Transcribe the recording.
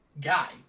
guy